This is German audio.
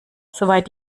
soweit